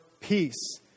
peace